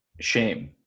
Shame